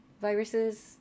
viruses